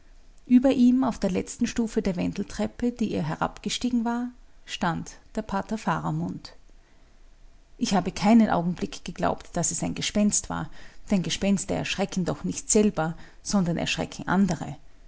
über ihm auf der letzten stufe der wendeltreppe die er herabgestiegen war stand der pater faramund ich habe keinen augenblick geglaubt daß es ein gespenst war denn gespenster erschrecken doch nicht selber sondern erschrecken andere